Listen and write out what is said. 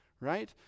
Right